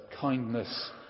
kindness